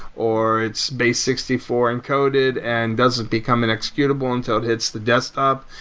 or it's base sixty four encoded and doesn't become an executable until it hits the desktop.